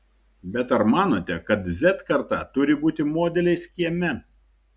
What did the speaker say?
bet ar manote kad z karta turi būti modeliais kieme